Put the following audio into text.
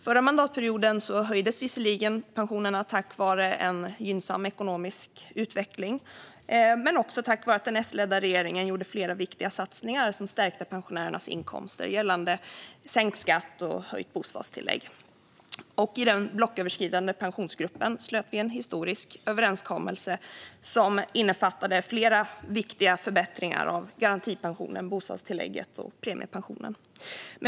Förra mandatperioden höjdes visserligen pensionerna tack vare en gynnsam ekonomisk utveckling men också tack vare att den S-ledda regeringen gjorde flera viktiga satsningar som stärkte pensionärernas inkomster genom sänkt skatt och höjt bostadstillägg. I den blocköverskridande Pensionsgruppen slöt vi en historisk överenskommelse som innefattade flera viktiga förbättringar av garantipensionen, bostadstillägget och premiepensionen.